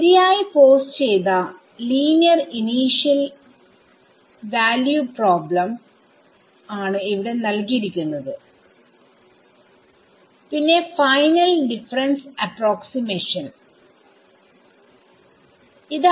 ശരിയായി പോസ്ചെയ്ത linear initial value problem ആണ് ഇവിടെ നൽകിയിരിക്കുന്നത് പിന്നെ ഫൈനൽ ഡിഫറെൻസ് അപ്രോക്സിമേഷനും